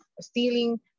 stealing